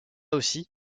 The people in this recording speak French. aussi